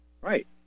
Right